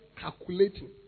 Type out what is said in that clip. calculating